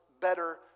better